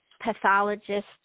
pathologist